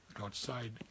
outside